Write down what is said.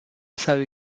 sabe